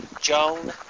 Joan